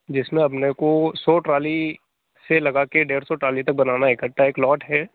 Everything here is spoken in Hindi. जिसमें अपने को सौ ट्राली से लगा के डेढ़ सौ ट्राली तक बनाना है इकट्ठा एक लॉट है